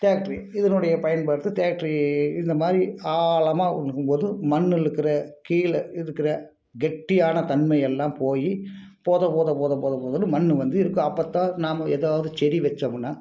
tractor இதனுடைய பயன்பாடு டேக்ட்ரி இந்த மாதிரி ஆழமா உழுகும் போது மண்ணுலருக்குற கீழே இருக்கிற கெட்டியான தன்மை எல்லாம் போய் பொத பொத பொத பொத பொதன்னு மண் வந்து இருக்கும் அப்பதான் நம்ம ஏதாவது செடி வச்சோம்னா